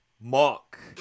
Mark